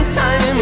time